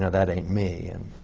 and that ain't me. and